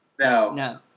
No